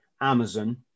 Amazon